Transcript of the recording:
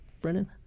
Brennan